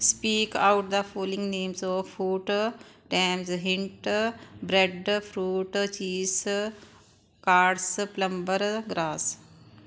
speak out the names of food items hint bread fruit cheese cards plumber grass